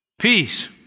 peace